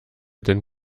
denn